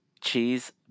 cheese